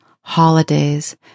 holidays